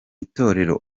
itorero